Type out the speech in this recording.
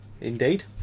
Indeed